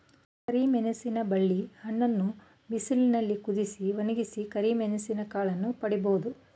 ಕರಿಮೆಣಸಿನ ಬಳ್ಳಿಯ ಹಣ್ಣನ್ನು ಬಿಸಿಲಿನಲ್ಲಿ ಕುದಿಸಿ, ಒಣಗಿಸಿ ಕರಿಮೆಣಸಿನ ಕಾಳುಗಳನ್ನು ಪಡಿಬೋದು